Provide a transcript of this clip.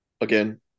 again